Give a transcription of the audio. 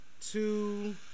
two